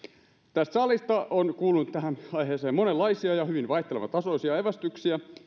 tästä salista on kuulunut tähän aiheeseen monenlaisia ja hyvin vaihtelevan tasoisia evästyksiä